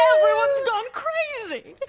everyone's gone crazy!